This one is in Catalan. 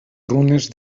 runes